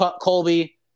Colby